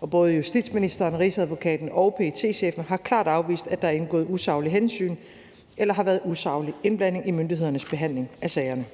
og både justitsministeren, rigsadvokaten og PET-chefen har klart afvist, at der er indgået usaglige hensyn eller har været usaglig indblanding i myndighedernes behandling af sagerne.